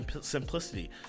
simplicity